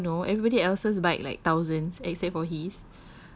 I'm sure they all know everybody else's bike like thousand except for his